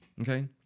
Okay